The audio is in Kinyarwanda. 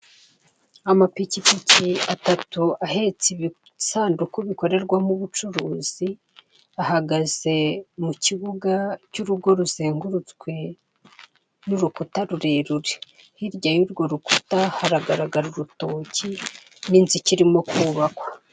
Amapikipiki atatu ahetse ibisanduku bikorerwamo ubucuruzi ahagaze mu kibuga cy'urugo ruzengurutswe n'urukuta rurerure hirya y'urwo rukuta haragaragara urutoki n'inzu irimo kubakwa.